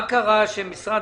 מה קרה שמשרד